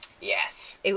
Yes